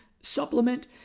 supplement